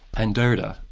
and derrida,